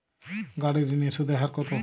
গাড়ির ঋণের সুদের হার কতো?